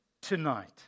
tonight